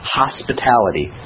hospitality